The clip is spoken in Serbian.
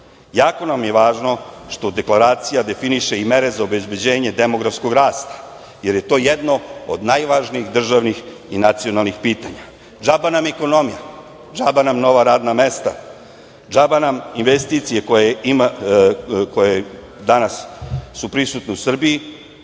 nam je važno što deklaracija definiše i mere za obezbeđenje demografskog rasta jer je to jedno od najvažnijih državnih i nacionalnih pitanja. Džaba nam ekonomija, džaba nam nova radna mesta, džaba nam investicije koje danas su prisutne u Srbiji,